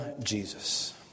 Jesus